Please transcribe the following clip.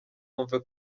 wumve